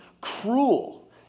cruel